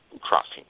crossing